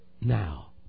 now